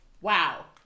Wow